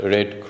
Red